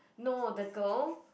no the girl